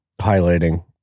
highlighting